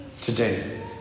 today